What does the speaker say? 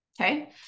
Okay